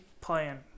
playing